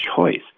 choice